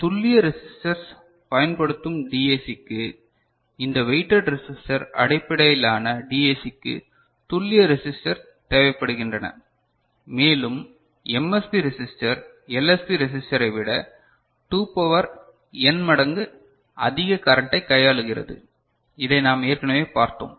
துல்லிய ரெசிஸ்டர்ஸ் பயன்படுத்தும் டிஏசிக்கு இந்த வெயிட்டட் ரெசிஸ்டர் அடிப்படையிலான டிஏசிக்கு துல்லிய ரெசிஸ்டர்ஸ் தேவைப்படுகின்றன மேலும் எம்எஸ்பி ரெசிஸ்டர் எல்எஸ்பி ரெசிஸ்டரை விட 2 பவர் n மடங்கு அதிக கரண்டை கையாளுகிறது இதை நாம் ஏற்கனவே பார்த்தோம்